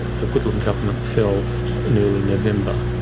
the whitlam government fell in early november,